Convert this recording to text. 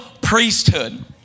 priesthood